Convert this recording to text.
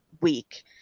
week